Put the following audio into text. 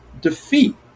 defeat